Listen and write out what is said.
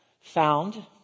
found